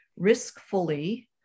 riskfully